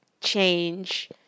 change